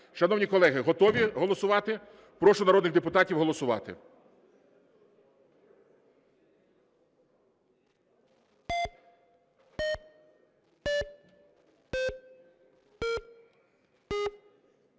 Шановні колеги, готові голосувати? Прошу народних депутатів голосувати.